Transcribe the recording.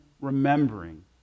remembering